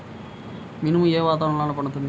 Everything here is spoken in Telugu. మినుము ఏ వాతావరణంలో పండుతుంది?